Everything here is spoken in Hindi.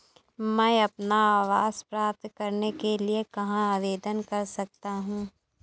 मैं अपना आवास प्राप्त करने के लिए कहाँ आवेदन कर सकता हूँ?